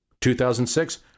2006